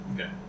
Okay